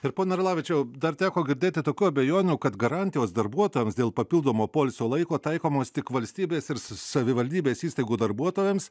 ir pone arlavičiau dar teko girdėti tokių abejonių kad garantijos darbuotojams dėl papildomo poilsio laiko taikomos tik valstybės ir savivaldybės įstaigų darbuotojams